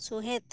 ᱥᱚᱦᱮᱫ